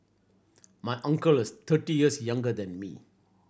my uncle is thirty years younger than me